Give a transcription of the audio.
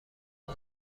این